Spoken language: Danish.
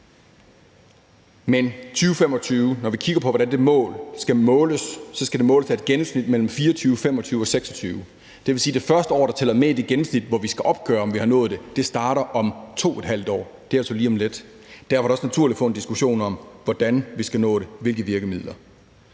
til 2025, når vi kigger på, hvordan det mål skal måles, skal det måles med et gennemsnit mellem 2024, 2025 og 2026. Det vil sige, at det første år, der tæller med i det gennemsnit, hvor vi skal opgøre, om vi har nået det, starter om 2½ år, og det er altså lige om lidt. Derfor er det også naturligt at få en diskussion af, hvordan vi skal nå det og med hvilke virkemidler.